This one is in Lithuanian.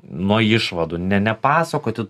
nuo išvadų ne nepasakoti